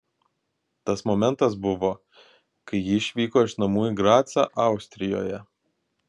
tas momentas buvo kai ji išvyko iš namų į gracą austrijoje